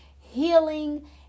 healing